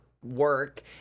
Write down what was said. work